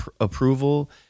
approval